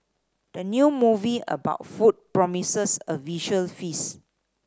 the new movie about food promises a visual feast